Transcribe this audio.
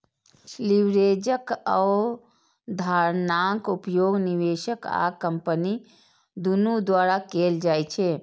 लीवरेजक अवधारणाक उपयोग निवेशक आ कंपनी दुनू द्वारा कैल जाइ छै